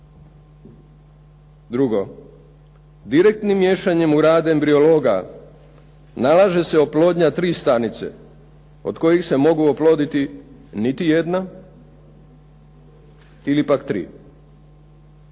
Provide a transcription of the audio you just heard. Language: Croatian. Drugo, direktnim miješanjem u rad embriologa nalaže se oplodnja 3 stanice od kojih se mogu oploditi niti jedna, ili pak 3.